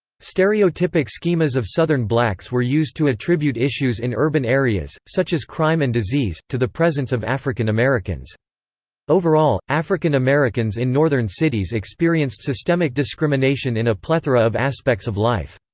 stereotypic schemas of southern blacks were used to attribute issues in urban areas, such as crime and disease, to the presence of african-americans. overall, african-americans in northern cities experienced systemic discrimination in a plethora of aspects of life.